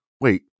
Wait